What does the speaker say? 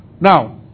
Now